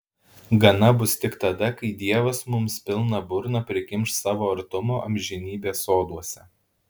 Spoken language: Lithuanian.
gana bus tik tada kai dievas mums pilną burną prikimš savo artumo amžinybės soduose